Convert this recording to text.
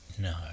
no